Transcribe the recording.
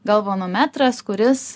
galvanometras kuris